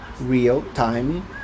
real-time